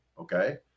okay